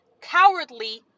cowardly